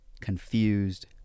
confused